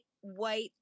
white